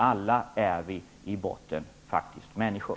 Alla är vi i botten faktiskt människor.